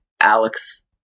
Alex